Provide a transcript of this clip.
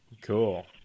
Cool